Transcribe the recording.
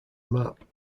map